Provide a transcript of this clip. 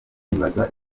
nkibaza